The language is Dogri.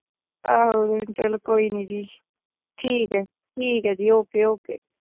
आहो चलो कोई निं जी ठीक ऐ जी ठीक ऐ ओके ओके